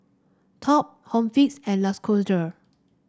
Top Home Fix and Lacoste